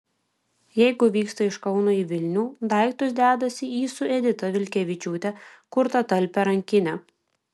jeigu vyksta iš kauno į vilnių daiktus dedasi į su edita vilkevičiūte kurtą talpią rankinę